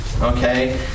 okay